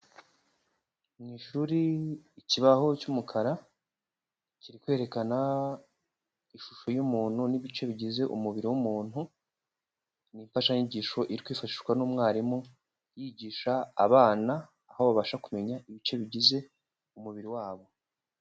Mu ishuri ikibaho cy'umukara. Kiri kwerekana ishusho y'umuntu n'ibice bigize umubiri w'umuntu. Ni imfashanyigisho iri kwifashishwa n'umwarimu yigisha abana, aho babasha kumenya ibice bigize umubiri wabo.